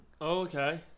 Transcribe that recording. Okay